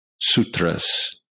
Sutras